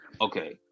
okay